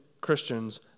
Christians